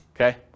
Okay